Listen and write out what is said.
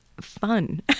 fun